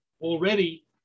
already